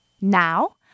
Now